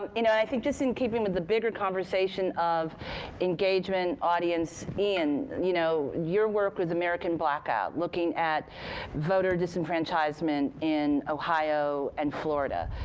you know i think just in keeping with the bigger conversation of engagement, audience, ian, you know your work with american blackout, looking at voter disenfranchisement in ohio and florida,